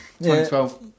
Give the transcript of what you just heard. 2012